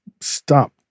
stop